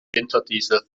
winterdiesel